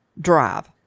drive